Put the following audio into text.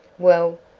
well,